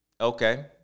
okay